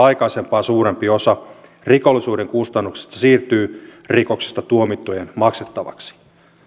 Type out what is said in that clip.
aikaisempaa suurempi osa rikollisuuden kustannuksista siirtyy rikoksista tuomittujen maksettavaksi